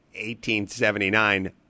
1879